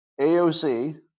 AOC